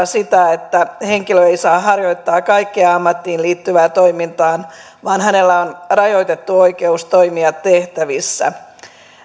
sitä että henkilö ei saa harjoittaa kaikkea ammattiin liittyvää toimintaa vaan hänellä on rajoitettu oikeus toimia tehtävissä